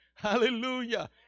Hallelujah